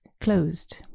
closed